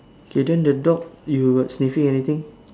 okay then the dog you got sniffing anything